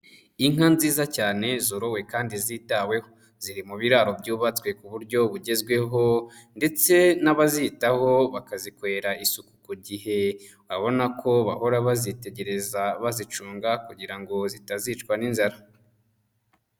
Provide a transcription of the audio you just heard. Inka nziza cyane zorowe kandi zitaweho, ziri mu biraro byubatswe ku buryo bugezweho ndetse n'abazitaho bakazikorera isuku ku gihe, urabona ko bahora bazitegereza bazicunga kugira ngo zitazicwa n'inzara.